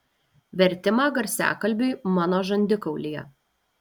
vertimą garsiakalbiui mano žandikaulyje